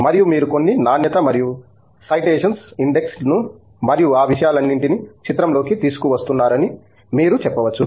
మరియు మీరు కొన్ని నాణ్యత మరియు సైటేశన ఇండెక్స్ ను మరియు ఆ విషయాలన్నింటినీ చిత్రంలోకి తీసుకువస్తున్నారని మీరు చెప్పవచ్చు